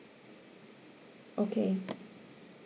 okay